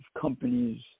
companies